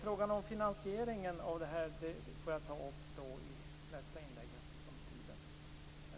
Frågan om finansieringen av detta får jag ta upp i nästa inlägg eftersom tiden är ute.